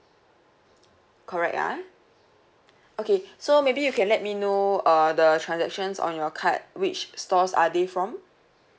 correct ah okay so maybe you can let me know uh the transactions on your card which stores are they from